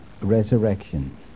resurrection